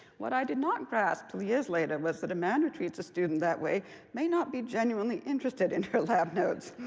what i did not grasp till years later was that a man who treats a student that way may not be genuinely interested in her lab notes.